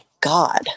God